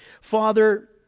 Father